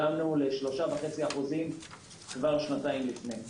הגענו ל-3.5% כבר שנתיים לפני.